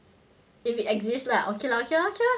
if it exist lah okay lah okay lah